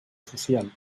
social